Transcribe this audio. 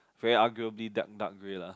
very arguably dark dark grey lah